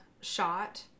shot